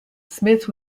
smith